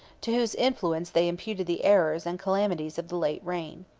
to whose influence they imputed the errors and calamities of the late reign.